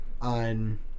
On